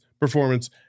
performance